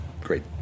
great